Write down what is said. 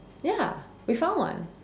ya we found one